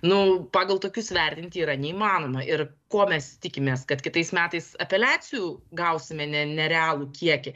nu pagal tokius vertinti yra neįmanoma ir kuo mes tikimės kad kitais metais apeliacijų gausime ne nerealų kiekį